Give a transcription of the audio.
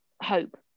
hope